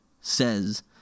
says